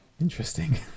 Interesting